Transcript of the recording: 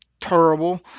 terrible